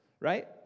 right